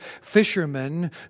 fishermen